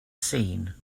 seen